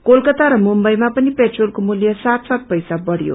कोलकाता र मुम्बइमा पनि पेट्रोलको मूल्य सात सात पैसा बढयो